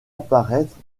apparaître